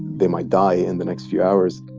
they might die in the next few hours